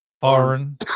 foreign